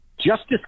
Justice